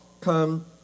come